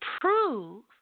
prove